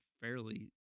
fairly